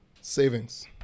Savings